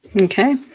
Okay